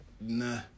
nah